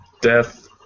death